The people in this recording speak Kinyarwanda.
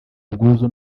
ubwuzu